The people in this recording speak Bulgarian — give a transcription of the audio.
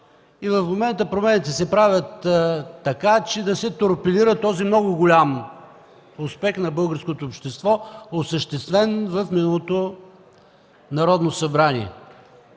И в момента промените се правят така, че да се торпилира този много голям успех на българското общество, осъществен в миналото Народно събрание.